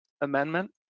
amendment